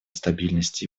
стабильности